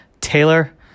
Taylor